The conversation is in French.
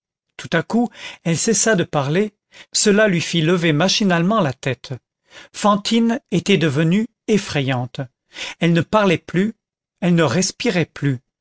tout à coup elle cessa de parler cela lui fit lever machinalement la tête fantine était devenue effrayante elle ne parlait plus elle ne respirait plus